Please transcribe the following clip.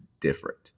different